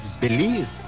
believe